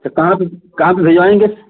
तो कहाँ पर कहाँ भेजेंगे